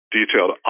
detailed